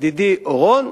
ידידי אורון,